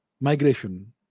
migration